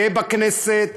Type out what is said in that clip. גאה בכנסת,